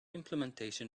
implementation